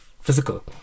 physical